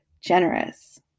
generous